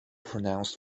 pronounced